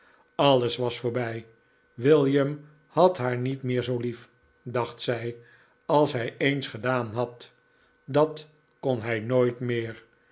alles was voorbij william had haar niet meer zoo lief dacht zij als hij eens gedaan had dat kon hij nooit meer